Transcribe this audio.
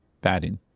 batting